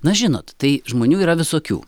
na žinot tai žmonių yra visokių